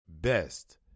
Best